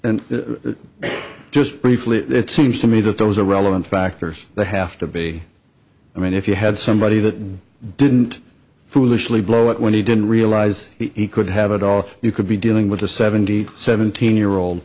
that just briefly it seems to me that those are relevant factors that have to be i mean if you had somebody that didn't foolishly blow it when he didn't realize he could have it all you could be dealing with a seventy seventeen year old